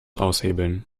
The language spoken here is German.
aushebeln